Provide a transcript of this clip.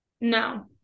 no